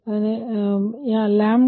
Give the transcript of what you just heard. ಮುಂದಿನದು 46